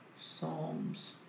Psalms